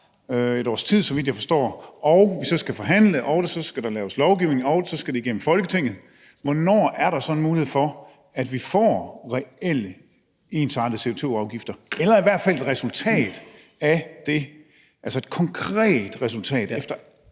et års tid, så vidt jeg forstår – og vi så skal forhandle, og der så skal laves lovgivning, og det så skal igennem Folketinget, hvornår er der så en mulighed for, at vi får reelle ensartede CO2-afgifter, eller i hvert fald et resultat, altså et konkret resultat, efter